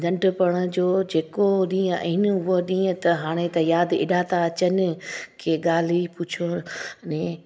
नंढपिण जो जेको ॾींहुं आहिनि उहो ॾींहं त हाणे त यादि एॾा था अचनि की ॻाल्हि ई पुछो ने